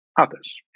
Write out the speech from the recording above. others